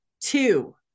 two